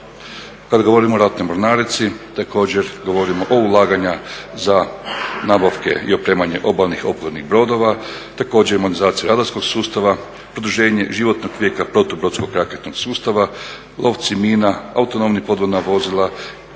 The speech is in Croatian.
Kad govorim o ratnoj mornarici također govorimo oko ulaganja za nabavke i opremanje obalnih oklopnih brodova. Također i modernizaciju radarskog sustava, produženje životnog vijeka protu brodskog raketnog sustava, lovci mina, autonomna podvodna vozila,